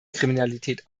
kriminalität